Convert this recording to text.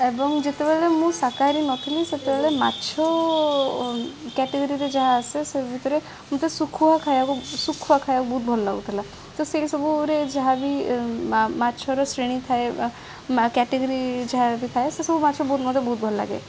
ଏବଂ ଯେତେବେଳେ ମୁଁ ଶାକାହାରୀ ନଥିଲି ସେତେବେଳେ ମାଛ କ୍ୟାଟେଗୋରିରେ ଯାହା ଆସେ ସେ ଭିତରେ ମୋତେ ଶୁଖୁଆ ଖାଇବାକୁ ଶୁଖୁଆ ଖାଇବାକୁ ବହୁତ ଭଲ ଲାଗୁଥିଲା ତ ସେଇ ସବୁରେ ଯାହା ବି ମାଛର ଶ୍ରେଣୀ ଥାଏ କ୍ୟାଟେଗୋରି ଯାହା ବି ଥାଏ ସେସବୁ ମାଛ ବହୁତ ମୋତେ ବହୁତ ଭଲ ଲାଗେ